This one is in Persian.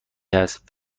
هست